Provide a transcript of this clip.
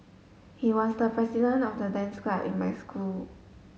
he was the president of the dance club in my school